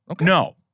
No